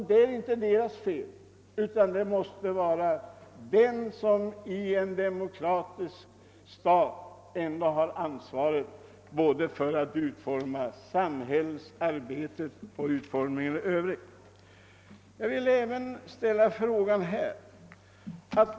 Det är inte deras fel, utan det måste vara den i en demokratisk stat som ändå har ansvaret för att utforma samhällsarbetet och all annan verksamhet.